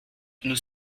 nous